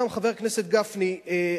חבר הכנסת גפני,